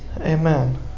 amen